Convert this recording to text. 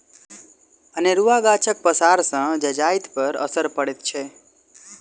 अनेरूआ गाछक पसारसँ जजातिपर असरि पड़ैत छै